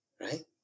right